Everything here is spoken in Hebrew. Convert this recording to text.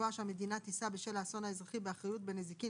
גבוהה שהמדינה תישא בשל האסון האזרחי באחריות בנזיקין